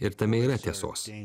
ir tame yra tiesos